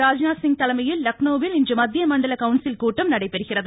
ராஜ்நாத்சிங் தலைமையில் லக்னோவில் இன்று மத்திய மண்டல கவுன்சில் கூட்டம் நடைபெறுகிறது